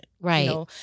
Right